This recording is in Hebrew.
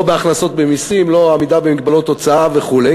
לא בהכנסות ממסים, לא בעמידה במגבלות הוצאה וכו'.